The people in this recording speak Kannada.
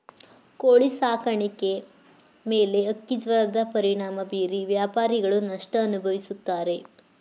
ಕೋಳಿ ಸಾಕಾಣಿಕೆ ಮೇಲೆ ಹಕ್ಕಿಜ್ವರದ ಪರಿಣಾಮ ಬೀರಿ ವ್ಯಾಪಾರಿಗಳು ನಷ್ಟ ಅನುಭವಿಸುತ್ತಾರೆ